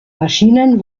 maschinen